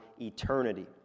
eternity